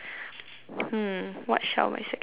hmm what shall my second sentence be